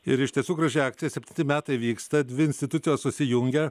ir iš tiesų graži akcija septinti metai vyksta dvi institucijos susijungia